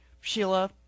Sheila